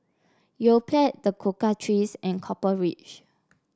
Yoplait The Cocoa Trees and Copper Ridge